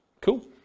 Cool